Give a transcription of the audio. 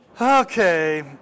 Okay